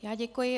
Já děkuji.